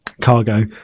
cargo